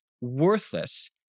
worthless